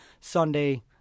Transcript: sunday